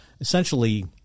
essentially